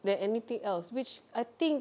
than anything else which I think